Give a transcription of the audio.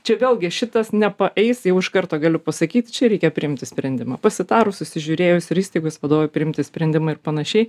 čia vėlgi šitas nepaeis jau iš karto galiu pasakyti čia reikia priimti sprendimą pasitarus susižiūrėjus ir įstaigos vadovui priimti sprendimą ir panašiai